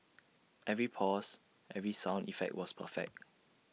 every pause every sound effect was perfect